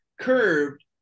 curved